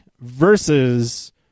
versus